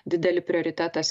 didelį prioritetą